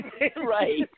right